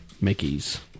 Mickey's